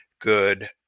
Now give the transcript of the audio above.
good